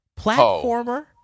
platformer